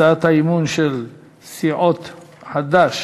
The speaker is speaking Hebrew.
הצעת האי-אמון של סיעות חד"ש,